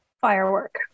Firework